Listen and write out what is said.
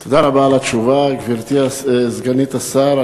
תודה רבה על התשובה, גברתי סגנית השר.